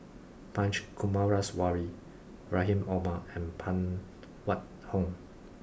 Punch Coomaraswamy Rahim Omar and Phan Wait Hong